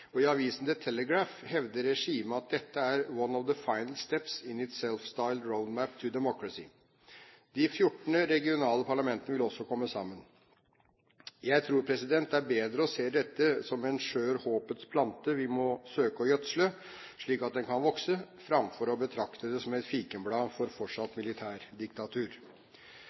I avisen The Telegraph hevder regimet at dette er «one of the final steps in its self-styled «road map to democracy»». De 14 regionale parlamentene vil også komme sammen. Jeg tror det er bedre å se dette som en skjør håpets plante vi må søke å gjødsle, slik at den kan vokse, framfor å betrakte det som et fikenblad for fortsatt militærdiktatur.